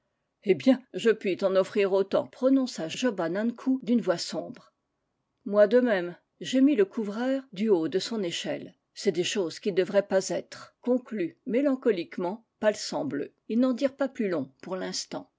eh bien je puis t'en offrir autant prononça job an ankou d'une voix sombre moi de même gémit le couvreur du haut de son échelle c'est des choses qui ne devraient pas être conclut mélancoliquement palsambleu ils n'en dirent pas plus long pour